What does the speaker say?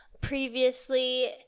previously